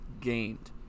gained